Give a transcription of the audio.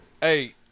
hey